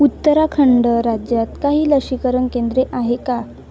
उत्तराखंड राज्यात काही लसीकरण केंद्रे आहेत का